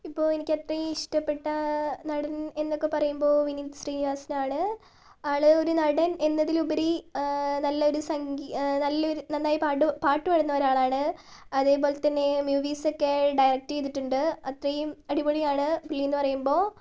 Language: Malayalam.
ഇപ്പോൾ എനിക്ക് അത്രയും ഇഷ്ടപ്പെട്ട നടൻ എന്നൊക്കെ പറയുമ്പോൾ വിനീത് ശ്രീനിവാസനാണ് ആൾ ഒരു നടൻ എന്നതിലുപരി നല്ലൊരു നല്ലൊരു നന്നായി പാട്ട് പാടുന്ന ഒരാളാണ് അതേപോലെത്തന്നെ മൂവീസൊക്കെ ഡയറക്ട് ചെയ്തിട്ടുണ്ട് അത്രയും അടിപൊളിയാണ് പുള്ളിയെന്നു പറയുമ്പോൾ